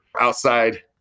outside